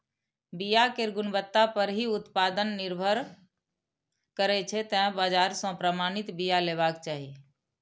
बिया केर गुणवत्ता पर ही उत्पादन निर्भर करै छै, तें बाजार सं प्रमाणित बिया लेबाक चाही